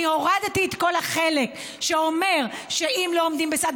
אני הורדתי את כל החלק שאומר שאם לא עומדים בסד